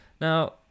Now